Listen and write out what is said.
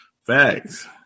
Facts